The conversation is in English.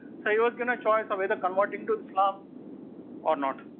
so, he was given a choice of whether converting to islam or not.